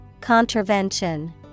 Contravention